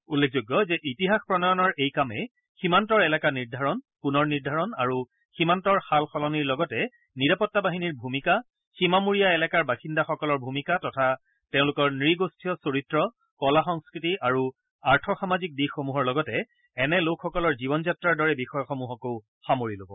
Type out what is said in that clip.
উল্লেখযোগ্য যে ইতিহাস প্ৰণয়নৰ এই কামে সীমান্তৰ এলেকা নিৰ্ধাৰণ পুনৰ নিৰ্ধাৰণ আৰু সীমান্তৰ সাল সলনিৰ লগতে নিৰাপত্তাবাহিনীৰ ভূমিকাসীমামূৰীয়া এলেকাৰ বাসিন্দাসকলৰ ভূমিকা তথা তেওঁলোকৰ নৃগোষ্ঠীয় চৰিত্ৰ কলা সংস্কৃতি আৰু আৰ্থ সামাজিক দিশসমূহৰ লগতে এনে লোকসকলৰ জীৱনযাত্ৰাৰ দৰে বিষয়সমূহকো সামৰি ল'ব